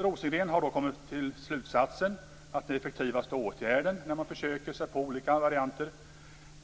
Rosengren kom till den slutsatsen att den effektivaste åtgärden